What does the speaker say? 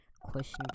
question